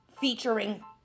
featuring